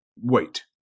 Wait